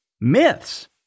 myths